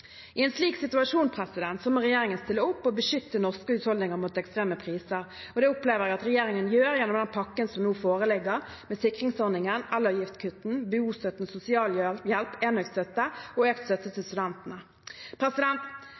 I en slik situasjon må regjeringen stille opp og beskytte norske husholdninger mot ekstreme priser. Det opplever jeg at regjeringen gjør gjennom den pakken som nå foreligger, med sikringsordningen, elavgiftskutt, bostøtte, sosialhjelp, ENØK-støtte og økt støtte til